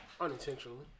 Unintentionally